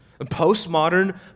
postmodern